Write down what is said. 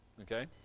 Okay